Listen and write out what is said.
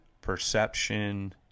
Perception